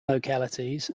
localities